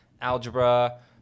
algebra